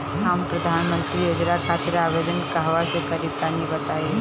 हम प्रधनमंत्री योजना खातिर आवेदन कहवा से करि तनि बताईं?